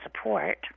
support